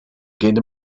gained